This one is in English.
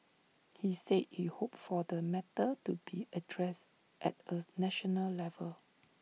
he said he hoped for the matter to be addressed at A national level